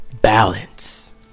Balance